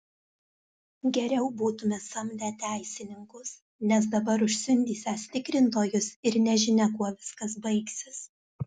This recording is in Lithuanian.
geriau būtume samdę teisininkus nes dabar užsiundysiąs tikrintojus ir nežinia kuo viskas baigsis